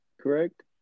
correct